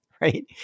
right